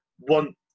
want